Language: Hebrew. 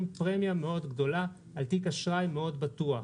פרמיה מאוד גדולה על תיק אשראי מאוד בטוח.